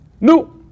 no